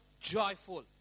joyful